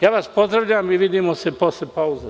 Ja vas pozdravljam i vidimo se posle pauze.